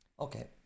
Okay